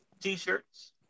t-shirts